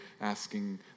asking